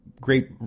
great